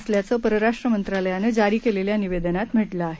असल्याचंपरराष्ट्रमंत्रालयानंजारीकेलेल्यानिवेदनांतम्हटलं आहे